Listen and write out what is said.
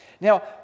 Now